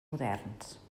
moderns